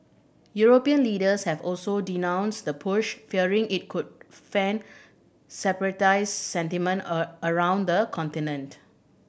European leaders have also denounced the push fearing it could fan separatist sentiment a around the continent